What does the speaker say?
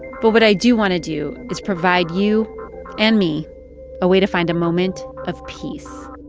but what i do want to do is provide you and me a way to find a moment of peace